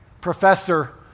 professor